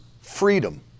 freedom